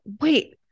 wait